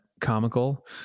comical